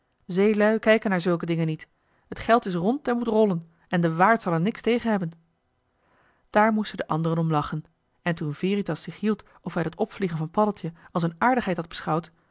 zeelui kijken naar zulke dingen niet t geld is rond en moet rollen en de waard zal er niks tegen hebben daar moesten de anderen om lachen en toen veritas zich hield of hij dat opvliegen van paddeltje als een aardigheid had beschouwd